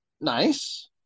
Nice